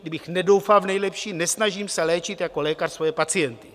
Kdybych nedoufal v nejlepší, nesnažím se léčit jako lékař svoje pacienty.